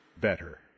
better